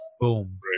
Boom